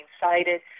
cited